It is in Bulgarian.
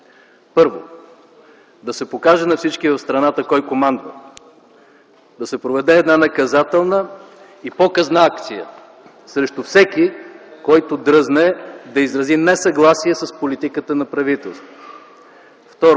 Първо, да се покаже на всички в страната кой командва, да се проведе една наказателна и показна акция срещу всеки, който дръзне да изрази несъгласие с политиката на правителството.